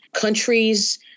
countries